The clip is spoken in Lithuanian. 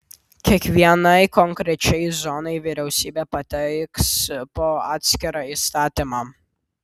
kiekvienai konkrečiai zonai vyriausybė pateiks po atskirą įstatymą